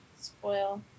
Spoil